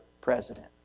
President